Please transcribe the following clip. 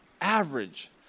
average